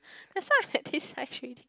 that's sound like fatty actually